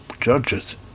judges